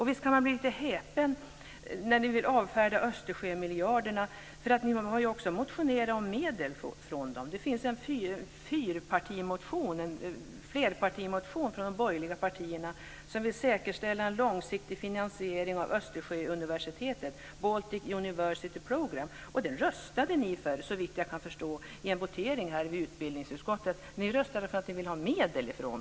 Visst kan man bli lite häpen när ni vill avfärda Östersjömiljarderna, för ni har också motionerat om medel från dem. Det finns en flerpartimotion från de borgerliga partierna som vill säkerställa en långsiktig finansiering av Östersjöuniversitetet, Baltic University Programme. De röstade ni för, såvitt jag kan förstå, i en votering om utbildningsutskottets betänkande. Ni röstade för att få medel därifrån.